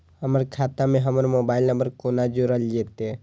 हमर खाता मे हमर मोबाइल नम्बर कोना जोरल जेतै?